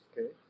okay